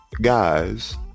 guys